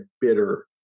bitter